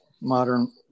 modern